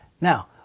Now